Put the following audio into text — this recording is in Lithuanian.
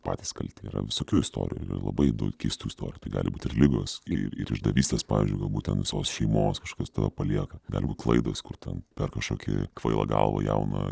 patys kalti yra visokių istorijų labai daug keistų istorijų tai gali būt ir ligos ir ir išdavystės pavyzdžiui galbūt tent visos šeimos kažkas tave palieka gali būt klaidos kur ten per kažkokią kvailą galvą jauną